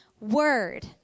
word